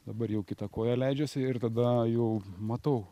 dabar jau kita koja leidžiasi ir tada jau matau